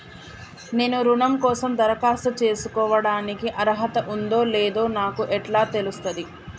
నేను రుణం కోసం దరఖాస్తు చేసుకోవడానికి అర్హత ఉందో లేదో నాకు ఎట్లా తెలుస్తది?